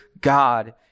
God